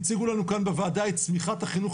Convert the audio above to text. הציגו לנו כאן בוועדה את צמיחת החינוך